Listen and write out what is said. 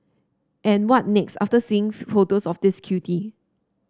and what next after seeing photos of this cutie